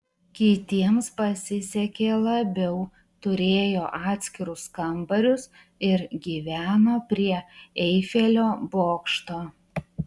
kitiems pasisekė labiau turėjo atskirus kambarius ir gyveno prie eifelio bokšto